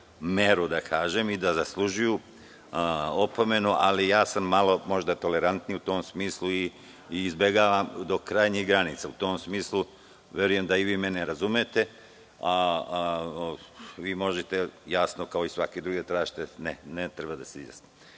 meru da kažem, i da zaslužuju opomenu, ali ja sam malo tolerantniji u tom smislu i izbegavam do krajnjih granica. U tom smislu verujem da i vi mene razumete. Vi možete jasno kao i svaki drugi da tražite da se izjasnimo,